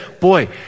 boy